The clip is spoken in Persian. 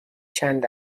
چند